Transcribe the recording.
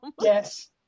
Yes